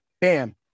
Bam